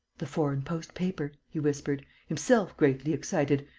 the foreign-post-paper, he whispered, himself greatly excited,